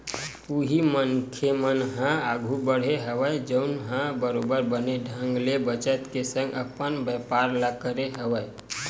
उही मनखे मन ह आघु बड़हे हवय जउन ह बरोबर बने ढंग ले बचत के संग अपन बेपार ल करे हवय